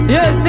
Yes